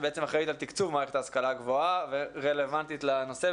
שאחראית על תקצוב מערכת ההשכלה הגבוהה ורלוונטית לנושא,